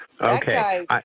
Okay